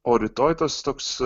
o rytoj tas toks